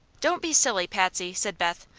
don't be silly, patsy, said beth.